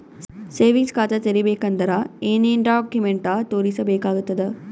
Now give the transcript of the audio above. Savings ಖಾತಾ ತೇರಿಬೇಕಂದರ ಏನ್ ಏನ್ಡಾ ಕೊಮೆಂಟ ತೋರಿಸ ಬೇಕಾತದ?